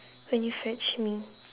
when you fetch me